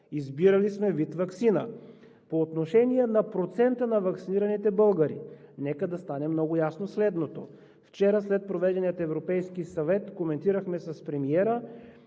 Избирали сме вида на ваксината. По отношение на процента на ваксинираните българи нека да стане много ясно следното: вчера след проведения Европейски съвет коментирахме с премиера